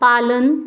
पालन